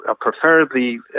preferably